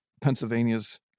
Pennsylvania's